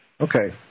Okay